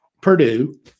Purdue